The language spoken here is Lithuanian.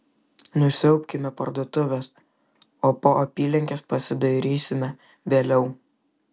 nusiaubkime parduotuves o po apylinkes pasidairysime vėliau